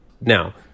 Now